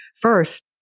first